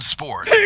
Sports